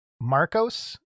Marcos